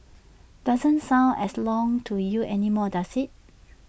doesn't sound as long to you anymore does IT